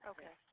Okay